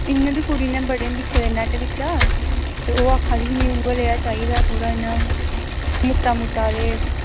इयां ते कुड़ी ने बडे़ नै दिक्खे दे नेट बिच्चां ते ओह् आक्खा दी ही मिगी उये नेया चाई दा थोह्ड़ा इयां मुट्टा मुट्टा ते